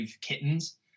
kittens